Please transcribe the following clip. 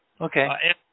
okay